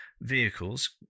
vehicles